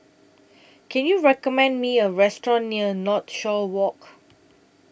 Can YOU recommend Me A Restaurant near Northshore Walk